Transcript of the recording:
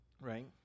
Right